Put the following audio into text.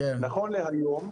נכון להיום,